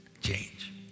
change